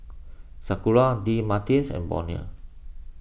Sakura Doctor Martens and Bonia